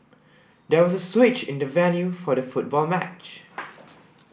there was a switch in the venue for the football match